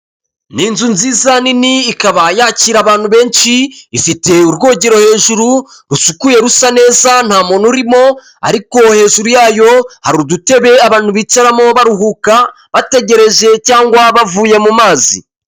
Ni inzu nziza nini ikaba yakira abantu benshi ifite urwogero hejuru rusukuye rusa neza nta muntu urimo ,ariko hejuru yayo hari udutebe abantu bicaramo baruhuka bategereje cyangwa bavuye mu mazi.